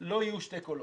לא יהיו שני קולות.